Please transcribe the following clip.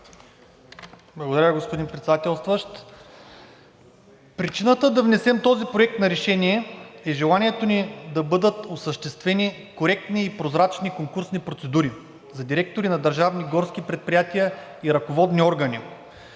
Благодаря, господин Председателстващ. Причината да внесем този проект на решение е желанието ни да бъдат осъществени коректни и прозрачни конкурсни процедури за директори на държавни горски предприятия и ръководни органи.